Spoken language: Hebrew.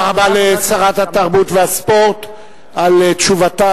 תודה רבה לשרת התרבות והספורט על תשובתה